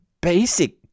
basic